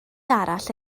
arall